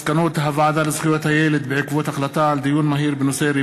מסקנות הוועדה לזכויות הילד בעקבות דיון מהיר בהצעת חברת